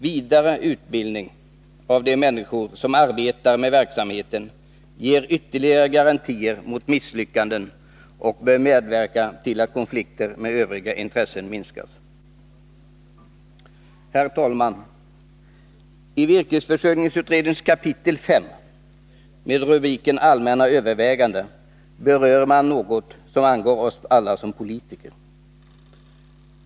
Vidare utbildning av de människor som arbetar med verksamheten ger ytterligare garantier mot misslyckanden och bör medverka till att risken för konflikter med övriga intressen minskar. Herr talman! I virkesförsörjningsutredningens kapitel 5 med rubriken Allmänna överväganden berör man något som angår alla oss politiker.